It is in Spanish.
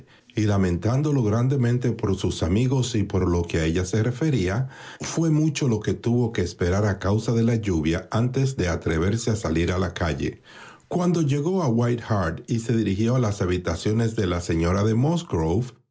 y lamentándolo grandemente por sus amigos y por lo que a ella se refería fué mucho lo que tuvo que esperar a causa de la lluvia antes de atreverse a salir a la calle cuando llegó a white hart y se dirigió a las habitaciones de la señora de